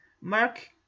Mark